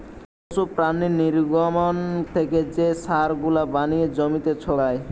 পশু প্রাণীর নির্গমন থেকে যে সার গুলা বানিয়ে জমিতে ছড়ায়